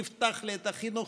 תפתח לי את החינוך,